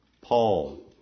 Paul